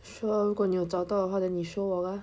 sure 如果你找到的话 !hais! then 你 show 我 lor